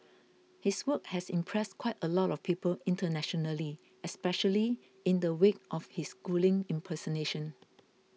his work has impressed quite a lot of people internationally especially in the wake of his Schooling impersonation